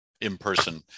in-person